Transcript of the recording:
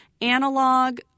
analog